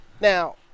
Now